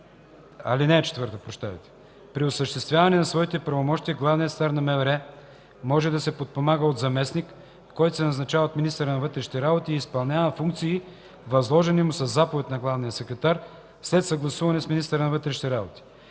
Министерския съвет. (4) При осъществяване на своите правомощия главният секретар на МВР може да се подпомага от заместник, който се назначава от министъра на вътрешните работи и изпълнява функции, възложени му със заповед на главния секретар, след съгласуване с министъра на вътрешните работи.